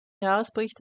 jahresbericht